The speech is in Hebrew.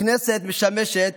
הכנסת משמשת